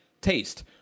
Taste